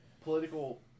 political